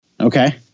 Okay